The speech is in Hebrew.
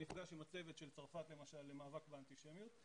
ונפגש עם הצוות למאבק באנטישמיות של למשל צרפת,